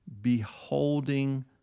beholding